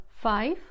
Five